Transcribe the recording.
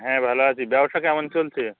হ্যাঁ ভালো আছি ব্যবসা কেমন চলছে